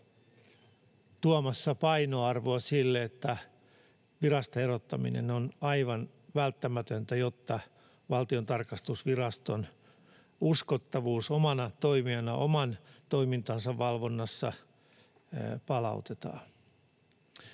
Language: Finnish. lisää painoarvoa sille, että virasta erottaminen on aivan välttämätöntä, jotta Valtion tarkastusviraston uskottavuus omana toimijana, oman toimintansa valvonnassa palautetaan.